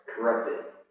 corrupted